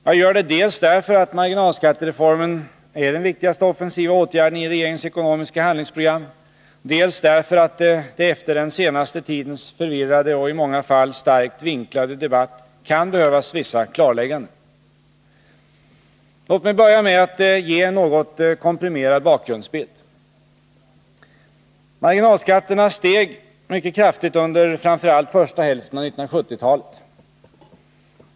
Jag gör det dels därför att marginalskattereformen är den viktigaste offensiva åtgärden i regeringens ekonomiska handlingsprogram, dels därför att det efter den senaste tidens förvirrade och i många fall starkt vinklade debatt kan behövas vissa klarlägganden. Låt mig börja med att ge en något komprimerad bakgrundsbild. Marginalskatterna steg mycket kraftigt under framför allt första hälften av 1970-talet.